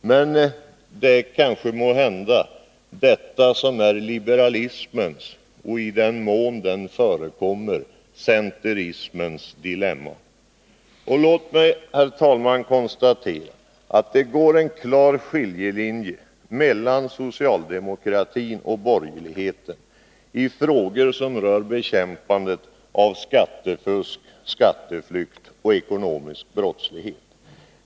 Men det är måhända detta som är liberalismens och, i den mån den förekommer, centerismens dilemma. Låt mig, herr talman, konstatera att det går en klar skiljelinje mellan socialdemokratin och borgerligheten i frågor som rör bekämpandet av skattefusk, skatteflykt och ekonomisk brottslighet.